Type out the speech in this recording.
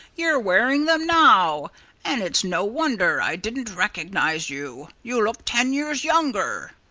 you're wearing them now and it's no wonder i didn't recognize you. you look ten years younger.